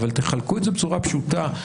אבל תחלקו את זה בצורה פשוטה,